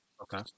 okay